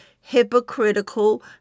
Hypocritical